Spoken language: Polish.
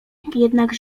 jednak